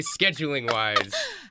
scheduling-wise